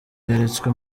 yeretswe